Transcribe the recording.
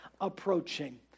approaching